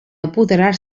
apoderar